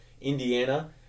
Indiana